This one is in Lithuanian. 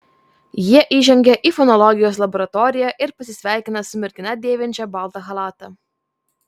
jie įžengia į fonologijos laboratoriją ir pasisveikina su mergina dėvinčia baltą chalatą